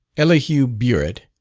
elihu burritt,